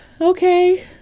Okay